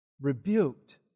rebuked